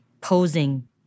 posing